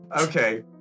Okay